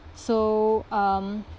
so um